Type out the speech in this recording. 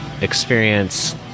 experience